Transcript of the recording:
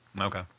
okay